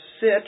sit